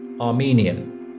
Armenian